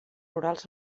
rurals